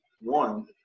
One